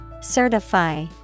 Certify